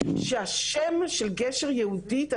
שהשם של גשר יהודית...